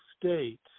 state